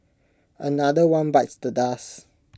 another one bites the dust